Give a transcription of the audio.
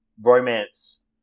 romance